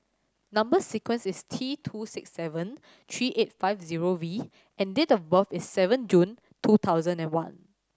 number sequence is T two six seven three eight five zero V and date of birth is seven June two thousand and one